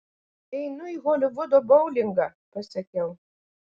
einu į holivudo boulingą pasakiau